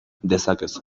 dezakezu